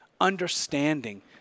understanding